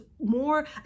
more